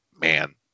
man